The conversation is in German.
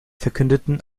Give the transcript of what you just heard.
verkündeten